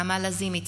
נעמה לזימי,